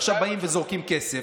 עכשיו באים וזורקים כסף.